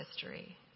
history